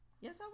Yes